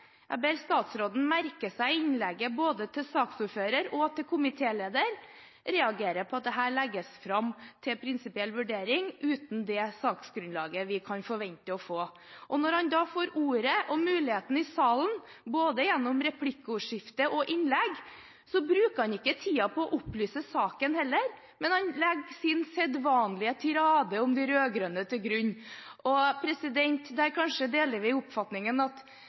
jeg ber statsråden merke seg innlegget til både saksordføreren og komitélederen – reagerer på at dette legges fram til prinsipiell vurdering uten det saksgrunnlaget vi kan forvente å få. Når han så får ordet og muligheten i salen – gjennom både replikkordskifte og innlegg – bruker han ikke tiden til å opplyse saken, men legger sin sedvanlige tirade om de rød-grønne til grunn. Der deler kanskje presidenten min oppfatning om at det